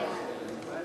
מי